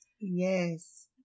Yes